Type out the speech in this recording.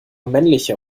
männlicher